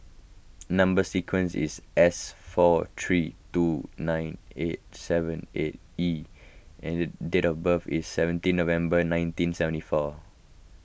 Number Sequence is S four three two nine eight seven six E and date of birth is seventeen November nineteen seventy four